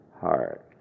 heart